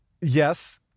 yes